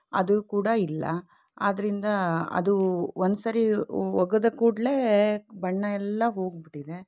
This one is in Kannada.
ಅದೂ ಕೂಡ ಇಲ್ಲ ಆದ್ದರಿಂದ ಅದು ಒಂದು ಸಾರಿ ಒಗೆದ ಕೂಡಲೇ ಬಣ್ಣ ಎಲ್ಲ ಹೋಗಿಬಿಟ್ಟಿದೆ